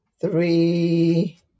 three